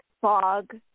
fog